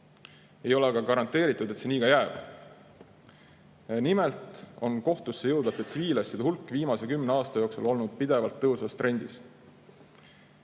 Ei ole aga garanteeritud, et see nii ka jääb. Nimelt on kohtusse jõudvate tsiviilasjade hulk viimase kümne aasta jooksul olnud pidevalt tõusvas trendis.